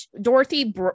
Dorothy